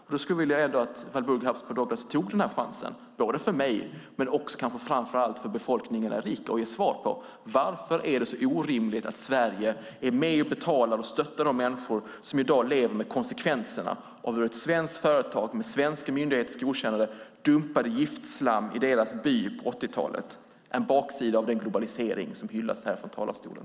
Jag skulle vilja att Walburga Habsburg Douglas tog chansen och kanske framför allt för befolkningen i Arica ge svar på: Varför är det så orimligt att Sverige är med och betalar och stöttar de människor som i dag lever med konsekvenserna av att ett svenskt företag med svenska myndigheters godkännande dumpade giftslam i deras by på 80-talet? Det är en baksida av den globalisering som hyllas här från talarstolen.